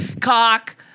cock